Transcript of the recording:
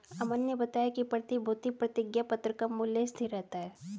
अमन ने बताया कि प्रतिभूति प्रतिज्ञापत्र का मूल्य स्थिर रहता है